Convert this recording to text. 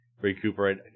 recuperate